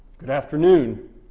good afternoon,